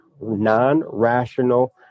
non-rational